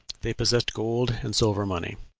they possessed gold and silver money.